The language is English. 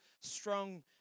strong